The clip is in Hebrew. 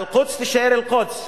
"אל-קודס" תישאר "אל-קודס".